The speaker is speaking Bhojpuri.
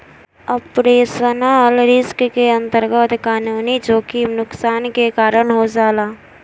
ऑपरेशनल रिस्क के अंतरगत कानूनी जोखिम नुकसान के कारन हो जाला